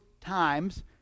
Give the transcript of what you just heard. times